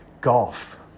Golf